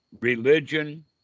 religion